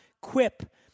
Quip